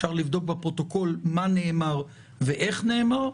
אפשר לבדוק בפרוטוקול מה נאמר ואיך נאמר.